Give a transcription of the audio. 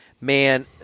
Man